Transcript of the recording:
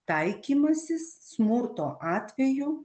taikymasis smurto atvejų